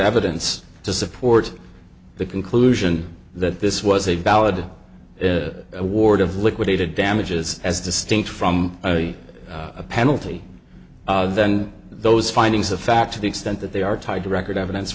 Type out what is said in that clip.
evidence to support the conclusion that this was a valid award of liquidated damages as distinct from a penalty then those findings of fact to the extent that they are tied to record evidence